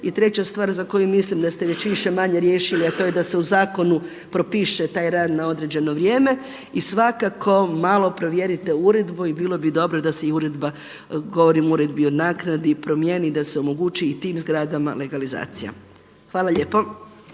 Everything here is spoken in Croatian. i treća stvar za koju mislim da ste već više-manje riješili a to je da se u zakonu propiše taj rad na određeno vrijeme i svakako malo provjerite uredbu i bilo bi dobro da se i uredba, govorim o Uredbi o naknadi, promijeni i da se omogući i tim zgradama legalizacija. Hvala lijepo.